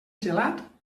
gelat